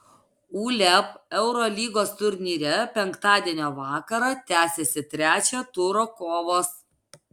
uleb eurolygos turnyre penktadienio vakarą tęsiasi trečio turo kovos